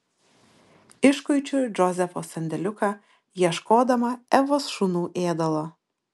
iškuičiu džozefo sandėliuką ieškodama evos šunų ėdalo